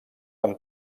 amb